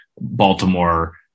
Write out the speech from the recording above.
Baltimore –